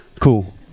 Cool